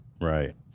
Right